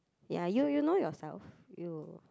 ya you you know yourself you